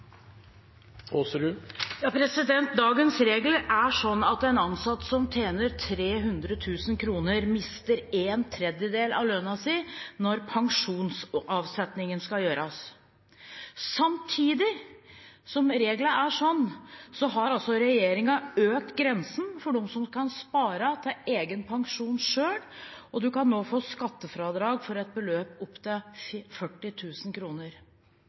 sånn at en ansatt som tjener 300 000 kr, mister en tredjedel av lønnen sin ved pensjonsavsetning. Samtidig som reglene er sånn, har regjeringen økt grensen for dem som kan spare til egen pensjon, og man kan nå få skattefradrag for beløp opp til